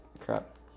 crap